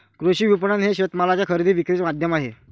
कृषी विपणन हे शेतमालाच्या खरेदी विक्रीचे माध्यम आहे